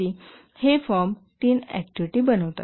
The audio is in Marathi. हे फॉर्म 3 ऍक्टिव्हिटी बनवतात